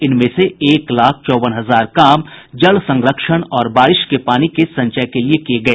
इनमें से एक लाख चौवन हजार काम जल संरक्षण और बारिश के पानी के संचय के लिए किए गए